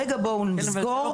רגע בואו נסגור,